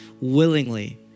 willingly